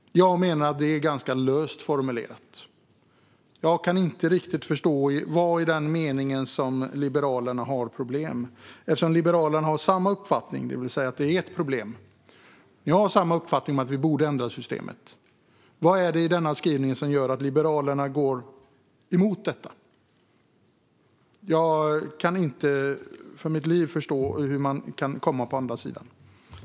Jag menar att det är ganska löst formulerat. Jag kan inte riktigt förstå vad i den meningen som Liberalerna har problem med. Liberalerna har samma uppfattning, det vill säga att det är ett problem. Jag har samma uppfattning om att vi borde ändra systemet. Vad är det i denna skrivning som gör att Liberalerna går emot detta? Jag kan inte för mitt liv förstå hur man kan komma på andra sidan.